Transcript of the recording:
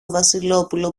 βασιλόπουλο